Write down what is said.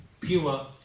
pure